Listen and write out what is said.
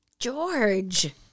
George